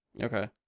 Okay